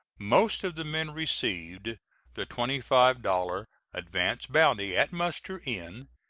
most of the men received the twenty five dollars advance bounty at muster-in,